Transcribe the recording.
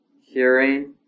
hearing